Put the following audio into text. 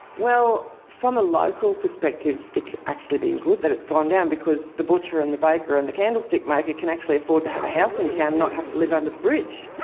well, from a local local perspective, it's actually been good that it's gone down because the butcher and the baker and the candlestick maker can actually afford to have a house in town and not have to live under the bridge.